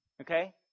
Okay